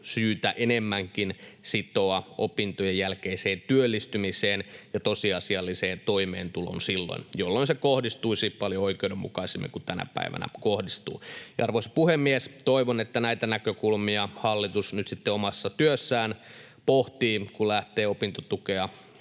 syytä enemmänkin sitoa opintojen jälkeiseen työllistymiseen ja tosiasialliseen toimeentuloon silloin, jolloin se kohdistuisi paljon oikeudenmukaisemmin kuin tänä päivänä kohdistuu. Arvoisa puhemies! Toivon, että näitä näkökulmia hallitus nyt sitten omassa työssään pohtii, kun lähtee opintotuen